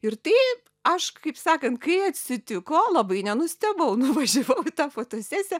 ir taip aš kaip sakant kai atsitiko labai nenustebau nuvažiavau į tą fotosesiją